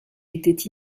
était